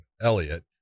Elliot